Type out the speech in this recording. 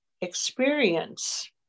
experience